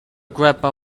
grandpa